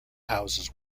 houses